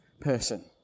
person